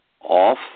off